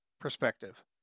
perspective